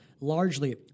largely